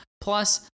Plus